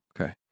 okay